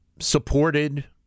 Supported